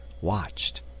watched